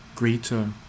greater